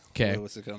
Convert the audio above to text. okay